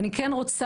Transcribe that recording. אני כן רוצה,